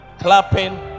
clapping